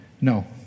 No